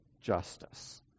justice